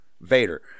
vader